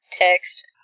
Text